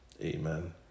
Amen